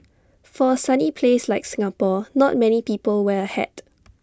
for A sunny place like Singapore not many people wear A hat